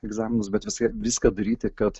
egzaminus bet vis viską daryti kad